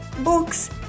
books